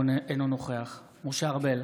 אינו נוכח משה ארבל,